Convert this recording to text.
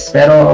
Pero